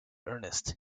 ernest